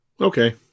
Okay